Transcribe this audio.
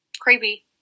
Creepy